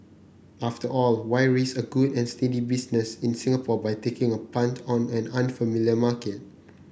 after all why risk a good and steady business in Singapore by taking a punt on an unfamiliar market